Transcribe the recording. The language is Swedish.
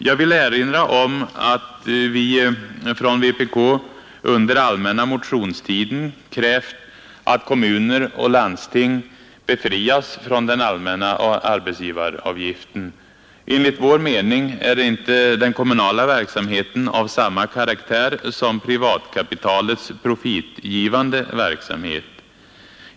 Jag vill erinra om att vi från vpk under allmänna motionstiden krävt att kommuner och landsting befrias från den allmänna arbetsgivaravgiften. Enligt vår mening är inte den kommunala verksamheten av samma karaktär som privatkapitalets profitgivande verksamhet.